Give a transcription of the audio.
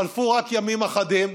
חלפו רק ימים אחדים,